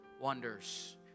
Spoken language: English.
wonders